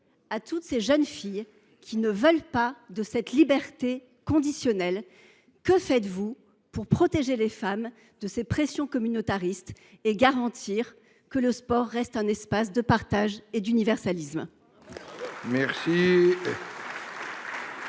à toutes les jeunes filles qui ne veulent pas de cette liberté conditionnelle, madame la ministre ? Que faites vous pour protéger les femmes de ces pressions communautaristes et garantir que le sport reste un espace de partage et d’universalisme ?